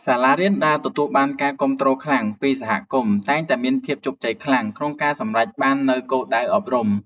សាលារៀនដែលទទួលបានការគាំទ្រខ្លាំងពីសហគមន៍តែងតែមានភាពជោគជ័យខ្លាំងក្នុងការសម្រេចបាននូវគោលដៅអប់រំ។